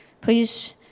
Please